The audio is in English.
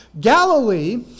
Galilee